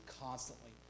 constantly